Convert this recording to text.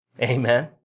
Amen